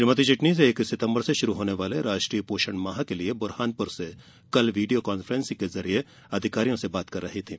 श्रीमती चिटनिस एक सितम्बर से शुरू होने वाले राष्ट्रीय पोषण माह के लिए बुरहानपुर से कल वीडियो कॉन्फ्रेंसिंग के जरिए अधिकारियों से बात कर रही थीं